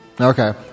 okay